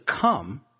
come